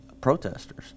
protesters